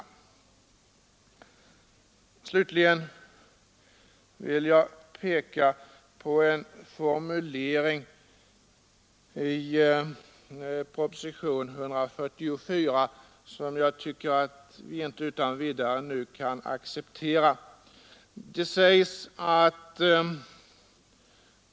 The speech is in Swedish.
Slutligen vill jag peka på en formulering i proposition 144 som jag tycker att vi inte utan vidare kan acceptera.